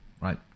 right